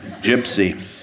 Gypsy